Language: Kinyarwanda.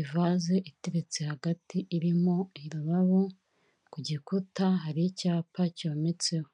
ivaze iteretse hagati irimo ururabo, ku gikuta hari icyapa cyometseho.